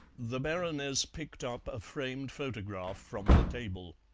the baroness picked up a framed photograph from the table.